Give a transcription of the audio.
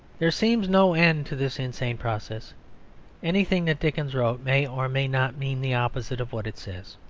there seems no end to this insane process anything that dickens wrote may or may not mean the opposite of what it says.